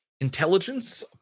intelligence